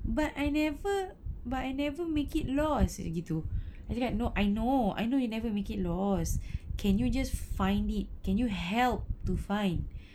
but I never but I never make it lost cakap begitu no I know I know you never make it lost can you just find it can you help to find